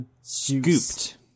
scooped